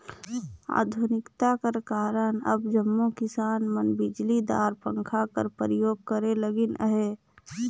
आधुनिकता कर कारन अब जम्मो किसान मन बिजलीदार पंखा कर परियोग करे लगिन अहे